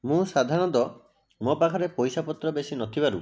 ମୁଁ ସାଧାରଣତଃ ମୋ ପାଖରେ ପଇସାପତ୍ର ବେଶୀ ନ ଥିବାରୁ